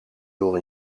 door